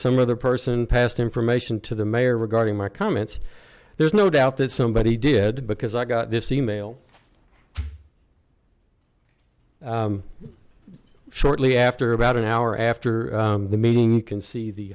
some other person passed information to the mayor regarding my comments there's no doubt that somebody did because i got this e mail shortly after about an hour after the meeting can see the